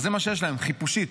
אז זה מה שיש להם, חיפושית.